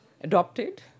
adopted